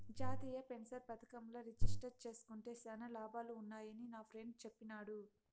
జాతీయ పెన్సన్ పదకంల రిజిస్టర్ జేస్కుంటే శానా లాభాలు వున్నాయని నాఫ్రెండ్ చెప్పిన్నాడు